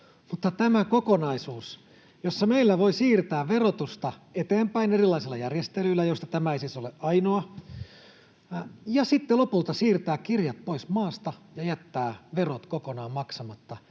tämä kokonaisuus, jossa meillä voi siirtää verotusta eteenpäin erilaisilla järjestelyillä, josta tämä ei siis ole ainoa, ja sitten lopulta voi siirtää kirjat pois maasta ja jättää verot kokonaan maksamatta,